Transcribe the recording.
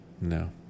No